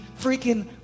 freaking